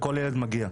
לכל ילד מגיע.